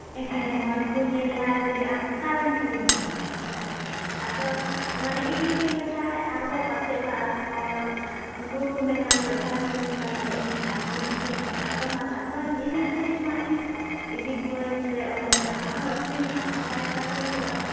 ᱦᱮᱸ ᱦᱚᱲ ᱦᱚᱸᱠᱚ ᱧᱮᱞᱟ ᱡᱮ ᱟᱢ ᱚᱠᱟᱨᱮᱢ ᱠᱤᱨᱤᱧ ᱠᱮᱭᱟ ᱠᱮᱫᱟ ᱟᱫᱚ ᱢᱟᱱᱮ ᱤᱧ ᱠᱤᱨᱤᱧ ᱞᱮᱠᱷᱟᱱ ᱟᱨᱦᱚᱸ ᱯᱟᱥᱮ ᱚᱲᱟᱜ ᱨᱮᱱ ᱚᱲᱟᱜ ᱨᱮᱱ ᱦᱚᱲ ᱩᱱᱠᱩ ᱦᱚᱸᱠᱚ ᱢᱮᱱᱟ ᱡᱮ ᱚᱠᱟᱨᱮᱢ ᱠᱤᱨᱤᱧ ᱞᱮᱫᱟ ᱛᱟᱦᱚᱞᱮ ᱤᱧ ᱟᱨᱦᱚᱧ ᱤᱫᱤ ᱠᱟᱥᱴᱚᱢᱟᱨ ᱟᱨᱦᱚᱧ ᱤᱫᱤ ᱫᱟᱲᱮᱣᱟᱢᱟ ᱤᱧ ᱤᱫᱤ ᱠᱩᱣᱟᱹᱧ ᱥᱮ ᱚᱸᱰᱮ ᱠᱷᱚᱱ ᱟᱢᱟᱜ ᱦᱚᱸ ᱟᱠᱷᱨᱤᱧᱚᱜᱼᱟ ᱟᱢᱟᱜ ᱦᱚᱸ ᱯᱚᱭᱥᱟ ᱦᱩᱭᱩᱜᱚᱜᱼᱟ